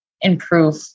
improve